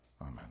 Amen